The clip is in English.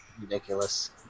Ridiculous